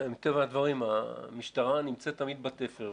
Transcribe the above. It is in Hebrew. מטבע הדברים המשטרה נמצאת תמיד בתפר,